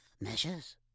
Measures